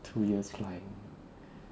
two years flying